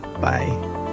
Bye